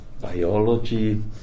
Biology